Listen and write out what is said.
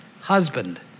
husband